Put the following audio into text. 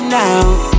now